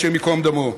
השם ייקום דמו.